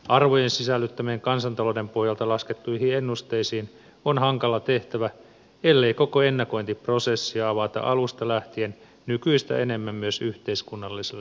arvojen sisällyttäminen kansantalouden pohjalta laskettuihin ennusteisiin on hankala tehtävä ellei koko ennakointiprosessia avata alusta lähtien nykyistä enemmän myös yhteiskunnalliselle keskustelulle